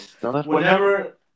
Whenever